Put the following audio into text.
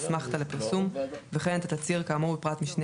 אסמכתא לפרסום וכן את התצהיר כאמור בפרט משנה